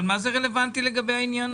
אבל מה זה רלוונטי לגבי העניין הזה?